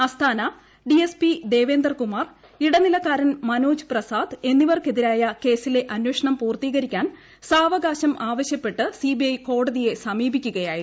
Asthana D S P Devender Kumar ഇടനിലക്കാരൻ മനോജ് പ്രസാദ് എന്നിവർക്കെതിരായ കേസിലെ അന്വേഷണം പൂർത്തീകരിക്കാൻ സാവകാശം ആവശ്യപ്പെട്ട് സിബിഐ കോടതിയെ സമീപിക്കുകയായിരുന്നു